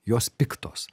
jos piktos